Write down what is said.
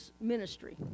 ministry